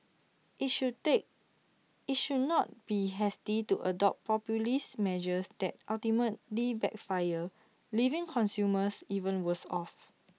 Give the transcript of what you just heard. IT should that IT should not be hasty to adopt populist measures that ultimately backfire leaving consumers even worse off